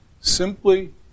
simply